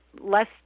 less